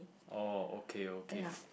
oh okay okay